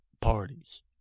parties